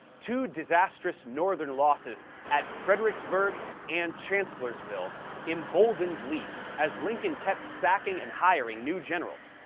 two disastrous northern losses at fredericksburg and chancellorsville emboldened lee, as lincoln kept sacking and hiring new generals,